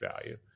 value